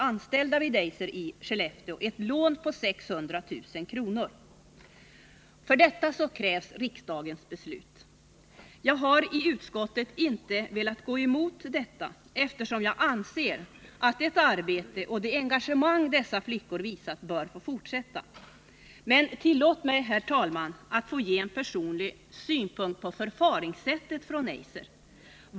anställda vid Eiser i Skellefteå — ett lån på 600 000 kr. För detta krävs riksdagens beslut. Jag hari utskottet inte velat gå emot detta, eftersom jag anser att det arbete och det engagemang dessa flickor visat bör få fortsätta. Men tillåt mig, herr talman, att anföra en personlig synpunkt på förfaringssättet från Eiser.